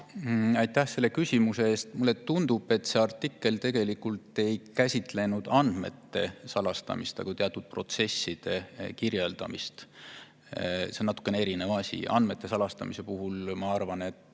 Aitäh selle küsimuse eest! Mulle tundub, et see artikkel tegelikult ei käsitlenud andmete salastamist, vaid teatud protsesside kirjeldamist. Need on natukene erinevad asjad. Andmete salastamise puhul, ma arvan, see